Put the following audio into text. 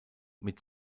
mit